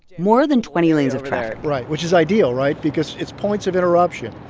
more than twenty lanes of traffic right. which is ideal right? because it's points of interruption.